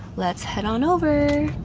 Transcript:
let's head on over!